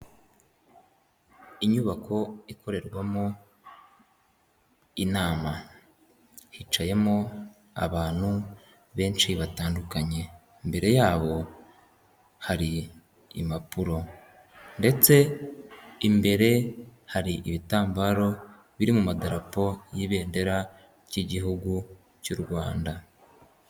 Inyubako ikorerwamo inama. Hicayemo abantu benshi batandukanye, imbere yabo hari impapuro ndetse imbere hari ibitambaro biri mu madarapo y'Ibendera ry'Igihugu cy'u Rwanda.